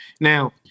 Now